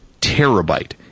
terabyte